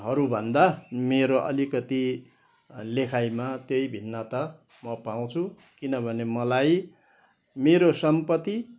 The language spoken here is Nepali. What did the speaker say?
हरू भन्दा मेरो अलिकति लेखाइमा त्यही भिन्नता म पाउँछु किनभने मलाई मेरो सम्पत्ति